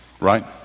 Right